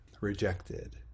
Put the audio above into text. rejected